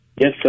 Yes